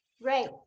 Right